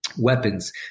weapons